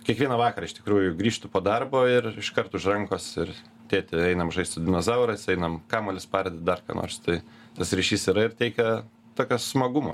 kiekvieną vakarą iš tikrųjų grįžtu po darbo ir iškart už rankos ir tėti einam žaist su dinozaurais einam kamuolį spardyt dar ką nors tai tas ryšys yra ir teikia tokio smagumo